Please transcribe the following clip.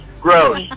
gross